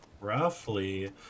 roughly